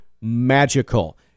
magical